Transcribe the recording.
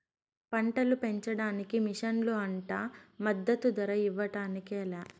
పంటలు పెంచడానికి మిషన్లు అంట మద్దదు ధర ఇవ్వడానికి లే